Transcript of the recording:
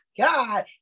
God